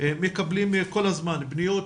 מקבלים כל הזמן פניות,